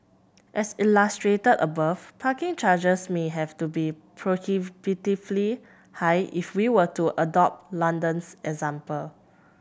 as illustrated above parking charges may have to be prohibitively high if we were to adopt London's example